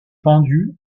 pendu